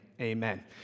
amen